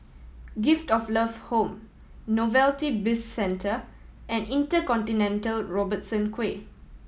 Gift of Love Home Novelty Bizcentre and InterContinental Robertson Quay